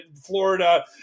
Florida